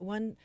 One